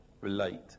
relate